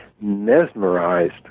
mesmerized